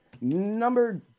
Number